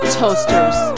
toasters